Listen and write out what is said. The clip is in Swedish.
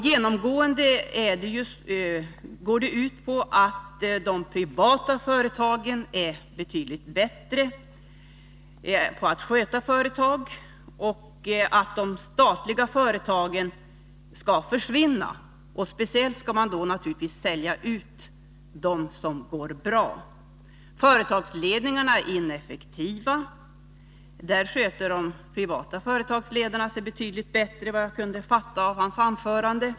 Genomgående går detta missnöje ut på att de privata företagen är betydligt bättre på att sköta företag och att de statliga företagen skall försvinna. Speciellt skall man sälja ut de statliga företag som går bra. Han anser att företagsledningarna är ineffektiva. De privata företagsledarna sköter sig betydligt bättre, vad jag kunde förstå av Staffan Burenstam Linders anförande.